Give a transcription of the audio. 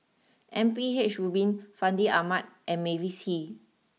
M P H Rubin Fandi Ahmad and Mavis Hee